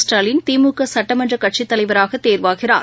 Stalin திமுகசட்டமன்றகட்சிதலைவராகதேர்வாகிறார்